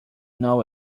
know